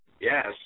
Yes